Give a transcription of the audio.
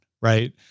right